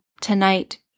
tonight